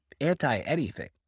anti-anything